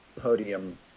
podium